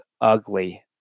ugly